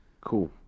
Cool